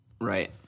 Right